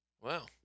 Wow